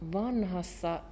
vanhassa